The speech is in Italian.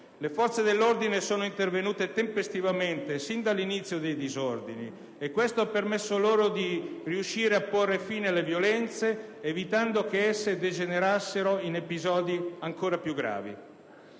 le forze dell'ordine sono intervenute tempestivamente sin dall'inizio dei disordini e questo ha permesso loro di riuscire a porre fine alle violenze, evitando che esse degenerassero in episodi ancora più gravi.